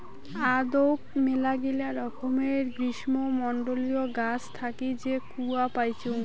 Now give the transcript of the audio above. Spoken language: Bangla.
আদৌক মেলাগিলা রকমের গ্রীষ্মমন্ডলীয় গাছ থাকি যে কূয়া পাইচুঙ